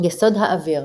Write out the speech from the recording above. יסוד האוויר